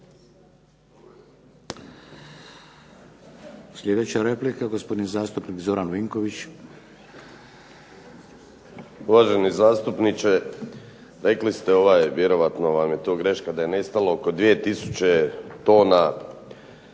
Sljedeća replika, gospodin zastupnik Zoran Vinković. **Vinković, Zoran (SDP)** Uvaženi zastupniče, rekli ste, vjerojatno vam je to greška, da je nestalo oko 2 tisuće tona